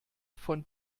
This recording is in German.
von